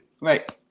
Right